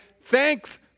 Thanks